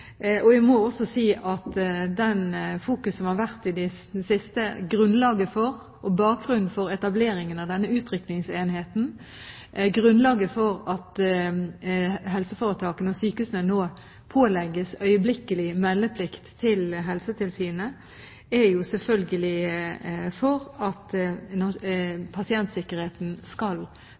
Jeg må også si, i tilknytning til den fokuseringen som har vært i det siste, at grunnlaget for og bakgrunnen for etableringen av denne utrykningsenheten, grunnlaget for at helseforetakene og sykehusene nå pålegges øyeblikkelig meldeplikt til Helsetilsynet, selvfølgelig er at pasientsikkerheten skal tas på alvor, at man skal